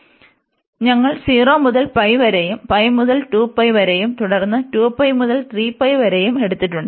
അതിനാൽ ഞങ്ങൾ 0 മുതൽ വരെയും π മുതൽ 2π വരെയും തുടർന്ന് 2π മുതൽ 3π വരെയും എടുത്തിട്ടുണ്ട്